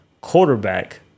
quarterback